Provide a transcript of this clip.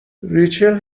ریچل